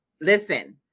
listen